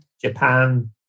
Japan